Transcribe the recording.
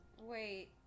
Wait